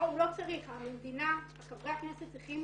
לא, הוא לא צריך, המדינה, חברי הכנסת צריכים